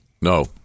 No